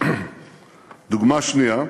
דוגמה שנייה: